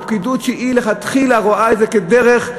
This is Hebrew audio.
או פקידות שלכתחילה רואה את זה כדרך,